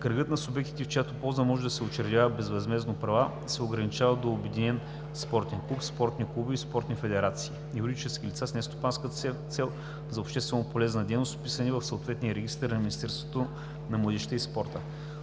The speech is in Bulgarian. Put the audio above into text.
Кръгът на субектите, в чиято полза могат да се учредяват безвъзмездно правата, се ограничава до обединен спортен клуб, спортни клубове и спортни федерации – юридически лица с нестопанска цел за общественополезна дейност, вписани в съответния регистър на Министерството